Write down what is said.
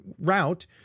route